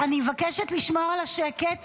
אני מבקשת לשמור על השקט,